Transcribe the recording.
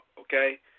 okay